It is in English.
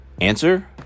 Answer